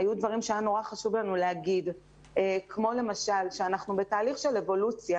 היו דברים שהיה חשוב לנו מאוד לומר כמו למשל שאנחנו בתהליך של אבולוציה.